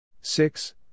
Six